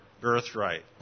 birthright